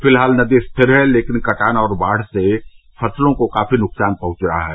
फिलहाल नदी स्थिर है लेकिन कटान और बाढ़ से फसलों को काफी नुकसान पहुंच रहा है